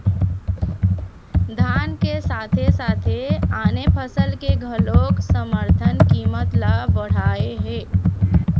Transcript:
धान के साथे साथे आने फसल के घलोक समरथन कीमत ल बड़हाए हे